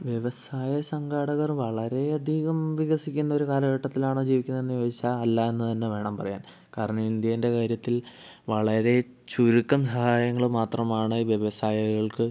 വ്യവസായ സംഘാടകർ വളരെയധികം വികസിക്കുന്ന ഒരു കാലഘട്ടത്തിലാണോ ജീവിക്കുന്നത് എന്ന് ചോദിച്ചാൽ ആല്ലാന്നു തന്നെ വേണം പറയാൻ കാരണം ഇന്ത്യെൻ്റെ കാര്യത്തിൽ വളരെ ചുരുക്കം സഹായങ്ങൾ മാത്രമാണ് വ്യവസായികൾക്ക്